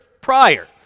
prior